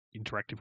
interactive